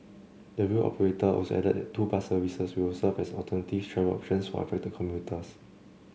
the rail operator also added that two bus services will serve as alternative travel options for affected commuters